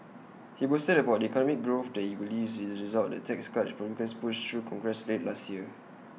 he boasted about the economic growth he believes will result the tax cuts republicans pushed through congress late last year